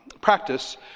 practice